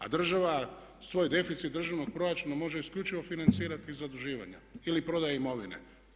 A država svoj deficit državnog proračuna može isključivo financirati iz zaduživanja ili prodaje imovine.